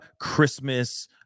Christmas